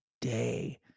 day